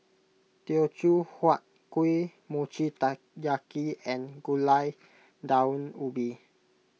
Teochew Huat Kuih Mochi Taiyaki and Gulai Daun Ubi